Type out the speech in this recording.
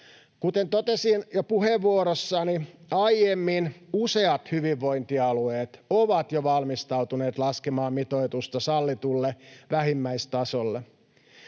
Kuten totesin puheenvuorossani jo aiemmin, useat hyvinvointialueet ovat jo valmistautuneet laskemaan mitoitusta sallitulle vähimmäistasolle.